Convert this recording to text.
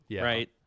right